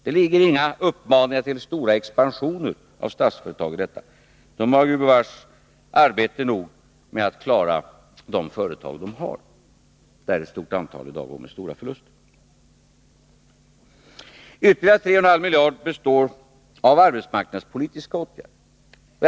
Det ligger inga uppmaningar till stora expansioner av Statsföretag i detta. De har ju, gubevars, arbete nog med att klara de företag de har, med ett stort antal som i dag går med stora förluster. Ytterligare 3,5 miljarder av utgiftsökningen består av arbetsmarknadspolitiska åtgärder.